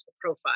profile